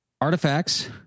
artifacts